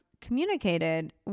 communicated